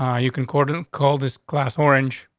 ah you can cordon, call this class orange.